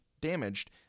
damaged